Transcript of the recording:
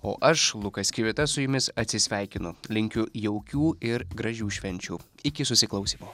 o aš lukas kvitas su jumis atsisveikinu linkiu jaukių ir gražių švenčių iki susiklausymo